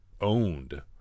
owned